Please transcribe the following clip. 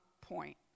point